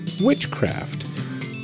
Witchcraft